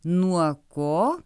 nuo ko